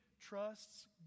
trusts